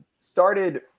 started